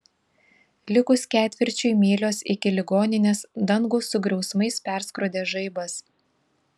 likus ketvirčiui mylios iki ligoninės dangų su griausmais perskrodė žaibas